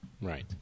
Right